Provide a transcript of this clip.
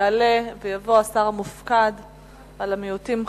יעלה ויבוא השר המופקד על המיעוטים,